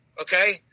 Okay